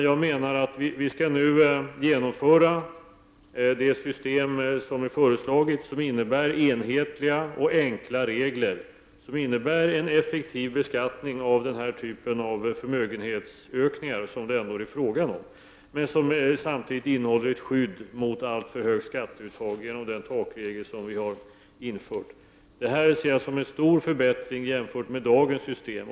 ; Jag menar att vi nu skall genomföra det system som föreslagits, vilket innebär enhetliga och enkla regler samt emreffektiv beskattning av den här typen av förmögenhetsökningar, som det ändå är fråga om. Samtidigt skall systemet innehålla ett skydd mot alltför högt skatteuttag genom den takregel som vi har infört. Detta ser jag som en stor förbättring jämfört med dagens system.